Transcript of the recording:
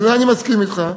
ואני מסכים אתך,